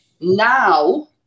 now